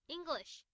English